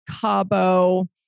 Cabo